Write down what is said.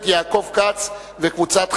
אני קובע שהצעת החוק לתיקון פקודת התעבורה (איסור